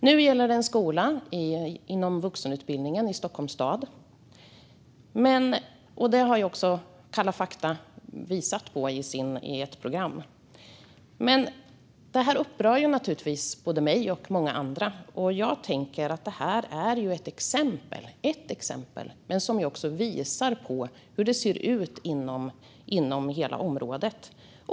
Nu gäller det en skola inom vuxenutbildningen i Stockholms stad, som också TV4 visat på i Kalla fakta . Det här upprör naturligtvis både mig och många andra. Jag tänker att det här är ett exempel men att det visar hur det ser ut inom hela området.